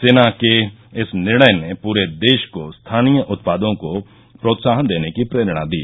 सेना के इस एक निर्णय ने परे देश को स्थानीय उत्पादों को प्रोत्साहन देने की प्रेरणा दी